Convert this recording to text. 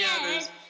others